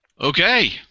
Okay